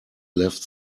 left